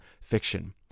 fiction